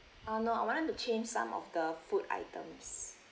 ah no I wanted to change some of the food items